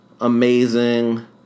Amazing